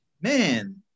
man